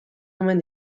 omen